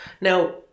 Now